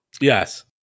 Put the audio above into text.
Yes